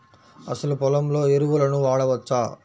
అసలు పొలంలో ఎరువులను వాడవచ్చా?